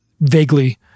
vaguely